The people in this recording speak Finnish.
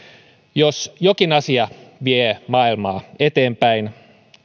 jos jokin asia vie maailmaa eteenpäin